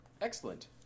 excellent